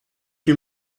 più